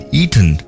eaten